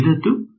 ಉಳಿದದ್ದು